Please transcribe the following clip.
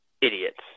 idiots